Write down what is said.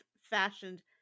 fashioned